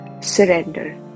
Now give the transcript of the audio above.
surrender